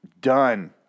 Done